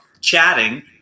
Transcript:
chatting